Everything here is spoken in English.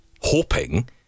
hoping